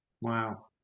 wow